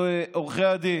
עורכי הדין.